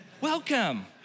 Welcome